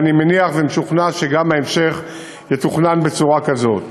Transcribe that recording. אני מניח ומשוכנע שגם ההמשך יתוכנן בצורה כזאת.